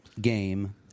game